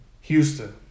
Houston